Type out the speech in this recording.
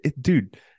dude